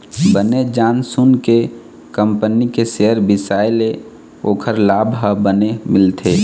बने जान सून के कंपनी के सेयर बिसाए ले ओखर लाभ ह बने मिलथे